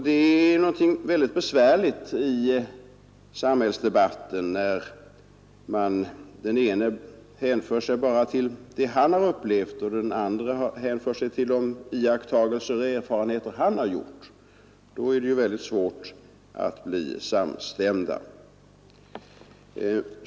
Det är något mycket besvärligt i samhällsdebatten, att den ene hänför sig bara till det han har upplevat och den andre till de iakttagelser och erfarenheter han gjort. Då är det svårt att bli samstämd.